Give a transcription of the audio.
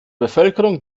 bevölkerung